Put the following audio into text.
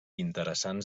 interessants